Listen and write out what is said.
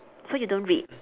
so you don't read